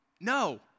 No